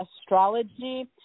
Astrology